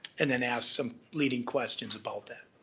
and then ask some leading questions about that.